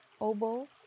oboe